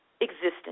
existence